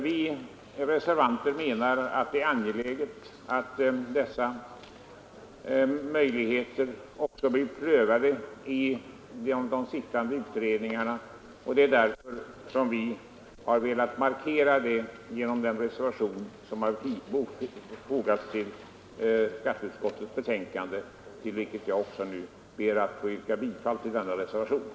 Vi reservanter anser att det är angeläget att dessa möjligheter blir prövade av de sittande utredningarna, och detta har vi velat markera genom den reservation som fogats till skatteutskottets betänkande. Jag ber att få yrka bifall till reservationen.